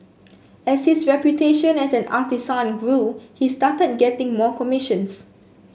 as his reputation as an artisan grew he started getting more commissions